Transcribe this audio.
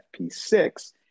FP6